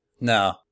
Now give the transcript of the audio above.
No